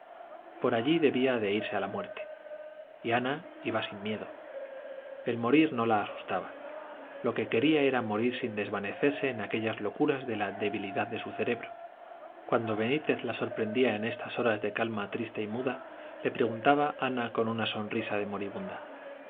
por allí debía de irse a la muerte y ana iba sin miedo el morir no la asustaba lo que quería era morir sin desvanecerse en aquellas locuras de la debilidad de su cerebro cuando benítez la sorprendía en estas horas de calma triste y muda le preguntaba ana con una sonrisa de moribunda